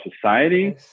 society